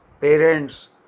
parents